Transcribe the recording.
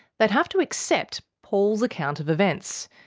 they'd have to accept paul's account of events.